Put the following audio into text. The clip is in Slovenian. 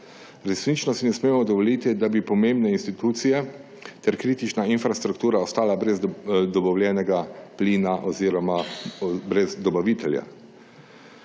Resnično si ne smemo dovoliti, da bi pomembne institucije ter kritična infrastruktura ostali brez dobavljenega plina oziroma brez dobavitelja.